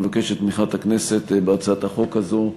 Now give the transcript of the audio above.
אני מבקש את תמיכת הכנסת בהצעת החוק הזו,